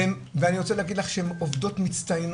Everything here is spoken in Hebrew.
ואני רוצה להגיד לך שהן עובדות מצטיינות,